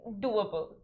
doable